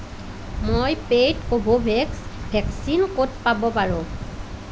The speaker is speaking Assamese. ই পে'ইড কোভোভেক্স ভেকচিন ক'ত পাব পাৰোঁ